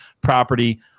property